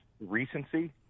recency